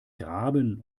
graben